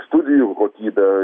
studijų kokybę